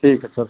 ठीक है सर